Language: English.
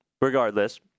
regardless